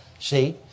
see